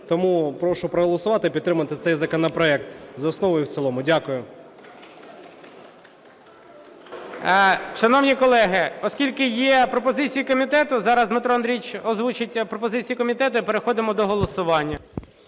Тому прошу проголосувати і підтримати цей законопроект за основу і в цілому. Дякую. ГОЛОВУЮЧИЙ. Шановні колеги, оскільки є пропозиції комітету, зараз Дмитро Андрійович озвучить пропозиції комітету, і переходимо до голосування.